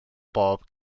bob